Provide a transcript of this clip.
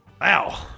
Wow